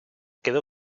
quedó